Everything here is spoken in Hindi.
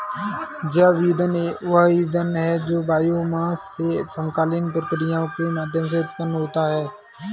जैव ईंधन वह ईंधन है जो बायोमास से समकालीन प्रक्रियाओं के माध्यम से उत्पन्न होता है